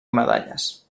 medalles